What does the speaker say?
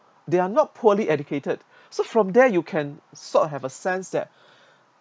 they are not poorly educated so from there you can sort of have a sense that